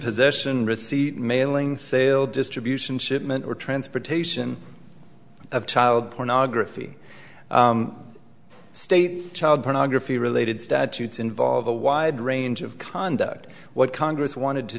possession receipt mailing sale distribution shipment or transportation of child pornography state child pornography related statutes involve a wide range of conduct what congress wanted to